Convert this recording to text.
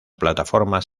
plataformas